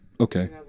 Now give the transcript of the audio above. Okay